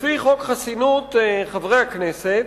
לפי חוק חסינות חברי הכנסת,